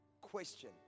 Question